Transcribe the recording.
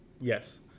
Yes